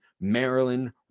maryland